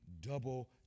double